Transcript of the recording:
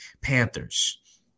Panthers